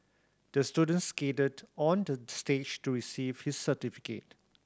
the student skated on the stage to receive his certificate